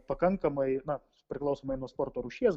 pakankamai na priklausomai nuo sporto rūšies